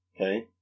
Okay